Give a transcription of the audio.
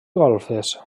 golfes